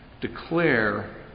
declare